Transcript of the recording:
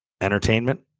entertainment